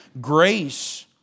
Grace